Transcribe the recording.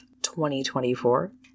2024